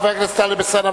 חבר הכנסת טלב אלסאנע,